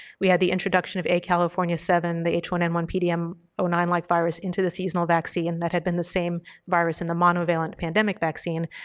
we had the introduction of a california seven, the h one n one p d m zero nine like virus into the seasonal vaccine, that had been the same virus in the monovalent pandemic vaccine,